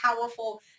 powerful